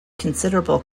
considerable